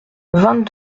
vingt